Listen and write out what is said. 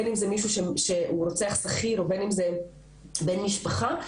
בין אם זה מישהו שהוא רוצח שכיר ובין אם זה בן משפחה,